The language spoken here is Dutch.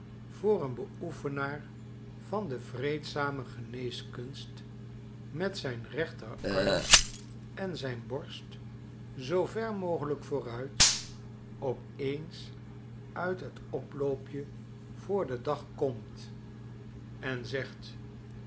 van de vreedzame geneeskunst met zijn rechterarm en zijn borst zoo ver mogelijk vooruit op eens uit het oploopje voor den dag komt en zegt